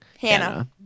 Hannah